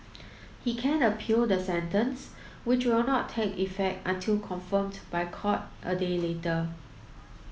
he can appeal the sentence which will not take effect until confirmed by court a day later